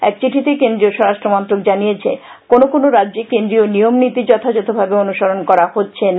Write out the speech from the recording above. এক চিঠিতে কেন্দ্রীয় স্বরাষ্টমন্ত্রক জানিয়েছে কোনো কোনো রাজ্যে কেন্দ্রীয় নিয়মনীতী যথাযথভাবে অনুসরণ করা হচ্ছে না